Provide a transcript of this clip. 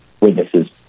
witnesses